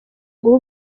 iguhe